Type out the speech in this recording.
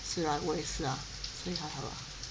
是 ah 我也是 ah 所以还好啦